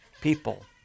people